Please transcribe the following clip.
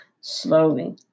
Slowly